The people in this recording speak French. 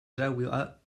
jahoua